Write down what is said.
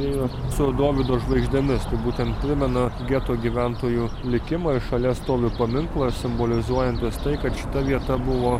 kurie yra su dovydo žvaigždėmis tai būtent primena geto gyventojų likimą ir šalia stovi paminklas simbolizuojantis tai kad šita vieta buvo